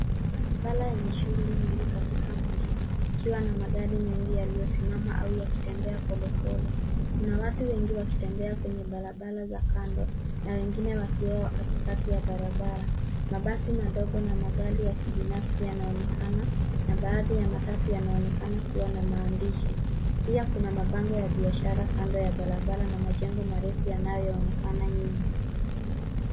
Barabara yenye shughuli nyingi katika mji ikiwa na magari mengi yaliyosimama au yakitembea polepole. Kuna watu wengi wakitembea kwenye barabara za kando na wengine wakiwa katikati ya barabara. Mabasi madogo na magari ya kibinafsi yanaonekana na baadhi ya matatu yanaonekana kuwa na maandishi. Pia kuna mabango ya biashara kando ya barabara na majengo marefu yanayoonekana nyuma.